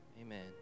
Amen